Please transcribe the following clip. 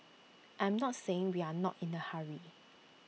I'm not saying we are not in A hurry